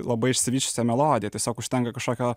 labai išsivysčiusią melodiją tiesiog užtenka kažkokio